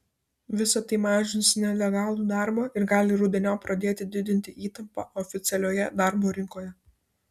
visa tai mažins nelegalų darbą ir gali rudeniop pradėti didinti įtampą oficialioje darbo rinkoje